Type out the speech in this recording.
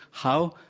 how?